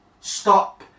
stop